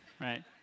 right